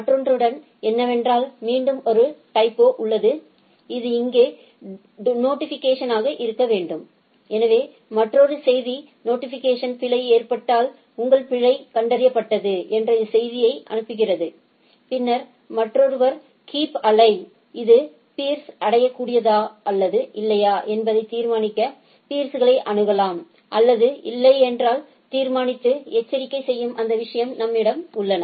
மற்றொன்று என்னவென்றால் மீண்டும் ஒரு டைபோ உள்ளது இது இங்கே நோட்டிபிகேஷன் ஆக இருக்க வேண்டும் எனவே மற்றொரு செய்தி நோட்டிபிகேஷன் பிழை ஏற்பட்டால் 'உங்கள் பிழை கண்டறியப்பட்டது" என்ற செய்தியை அனுப்புகிறது பின்னர் மற்றொன்று கீப் அலைவ் இது பீா்ஸ்கள் அடையக்கூடியதா அல்லது இல்லையா என்பதை தீர்மானிக்க பீா்ஸ்களை அணுகலாம் அல்லது இல்லை என்பதை தீர்மானித்து எச்சரிக்கை செய்யும் அந்த விஷயங்கள் நம்மிடம் உள்ளன